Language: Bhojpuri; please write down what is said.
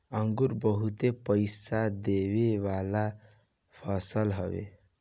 अंगूर बहुते पईसा देवे वाला फसल हवे